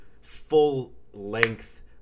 full-length